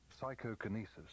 psychokinesis